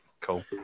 Cool